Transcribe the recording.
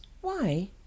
Why